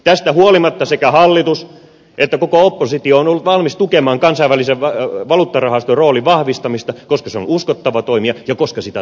tästä huolimatta sekä hallitus että koko oppositio on ollut valmis tukemaan kansainvälisen valuuttarahaston roolin vahvistamista koska se on uskottava toimija ja koska sitä tarvitaan